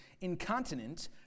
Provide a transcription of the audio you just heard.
incontinent